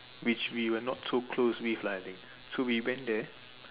which we were not so close with lah I think so we went there